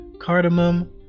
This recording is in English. cardamom